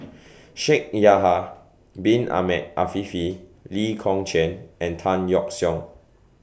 Shaikh Yahya Bin Ahmed Afifi Lee Kong Chian and Tan Yeok Seong